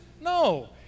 No